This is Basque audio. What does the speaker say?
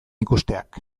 ikusteak